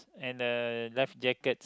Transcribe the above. and uh life jacket